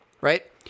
right